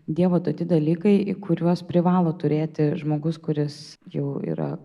dievo duoti dalykai kuriuos privalo turėti žmogus kuris jau yra